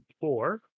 four